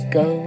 go